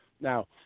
Now